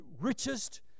richest